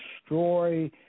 destroy